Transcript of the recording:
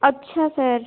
अच्छा सर